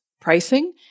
pricing